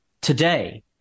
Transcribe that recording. today